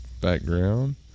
background